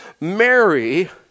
Mary